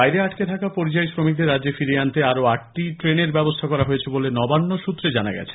বাইরে আটকে থাকা পরিযায়ী শ্রমিকদের রাজ্যে ফিরিয়ে আনতে আরও আটটি ট্রেনের ব্যবস্থা করা হয়েছে বলে নবান্ন সূত্রে জানা গিয়েছে